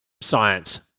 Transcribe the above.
science